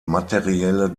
materielle